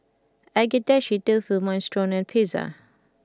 Agedashi Dofu Minestrone and Pizza